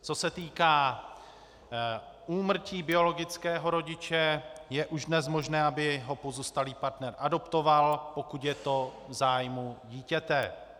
Co se týká úmrtí biologického rodiče, je už dnes možné, aby ho pozůstalý partner adoptoval, pokud je to v zájmu dítěte.